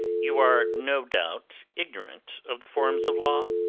you are no doubt ignorant of the forms of law?